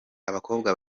abakobwa